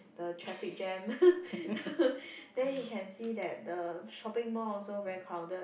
the traffic jam then you can see that the shopping mall also very crowded